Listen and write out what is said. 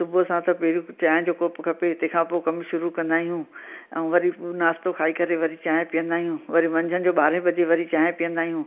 सुबुह असां त पहिरियों चांहि जो कोपु खपे तंहिंखां पोइ कम शुरू कंदा आहियूं ऐं वरी नाश्तो खाई करे वरी चांहि पीअंदा आहियूं वरी मंझदि जो ॿारहे वजे वरी चांहि पीअंदा आहियूं